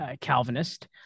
Calvinist